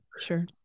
Sure